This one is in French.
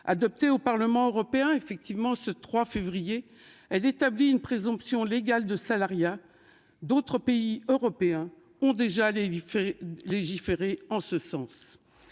Adopté au Parlement européen. Effectivement ce 3 février. Elle établit une présomption légale de salariat. D'autres pays européens ont déjà des vies